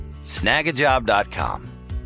snagajob.com